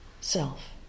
self